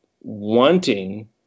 wanting